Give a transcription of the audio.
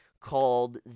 called